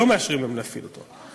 לא מאשרים להם להפעיל אותו.